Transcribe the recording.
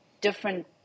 different